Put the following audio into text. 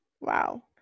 Wow